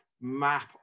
map